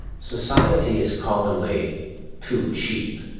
society is commonly too cheap.